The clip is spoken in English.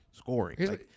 scoring